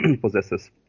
possesses